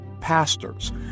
pastors